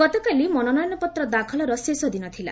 ଗତକାଲି ମନୋନୟନପତ୍ର ଦାଖଲର ଶେଷ ଦିନ ଥିଲା